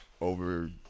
over